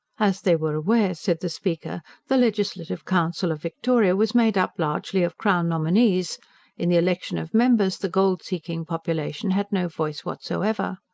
as they were aware, said the speaker, the legislative council of victoria was made up largely of crown nominees in the election of members the gold-seeking population had no voice whatsoever.